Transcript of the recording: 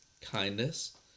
kindness